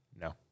No